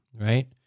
right